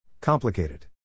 Complicated